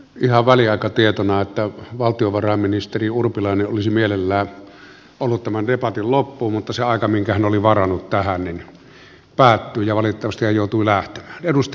ihan väliaikatietona että valtiovarainministeri urpilainen olisi mielellään ollut tämän debatin loppuun mutta se aika minkä hän oli varannut tähän päättyi ja valitettavasti hän joutui lähtemään